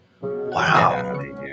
wow